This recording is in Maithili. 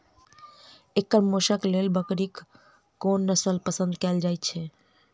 एकर मौशक लेल बकरीक कोन नसल पसंद कैल जाइ छै?